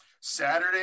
Saturday